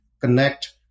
connect